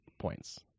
points